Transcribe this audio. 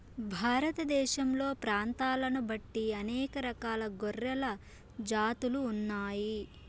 భారతదేశంలో ప్రాంతాలను బట్టి అనేక రకాల గొర్రెల జాతులు ఉన్నాయి